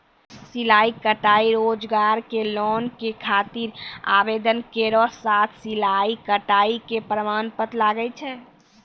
सिलाई कढ़ाई रोजगार के लोन के खातिर आवेदन केरो साथ सिलाई कढ़ाई के प्रमाण पत्र लागै छै?